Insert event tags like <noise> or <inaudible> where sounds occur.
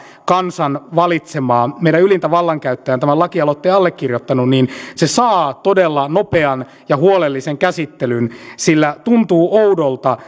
kansan valitsemaa meidän ylintä vallankäyttäjää on tämän lakialoitteen allekirjoittanut niin se saa todella nopean ja huolellisen käsittelyn sillä tuntuu oudolta <unintelligible>